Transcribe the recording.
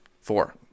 Four